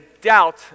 doubt